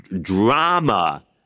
drama